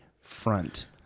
front